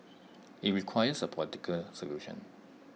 IT requires A political solution